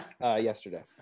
yesterday